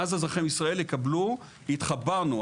ואז אזרחי ישראל יקבלו, התחברנו.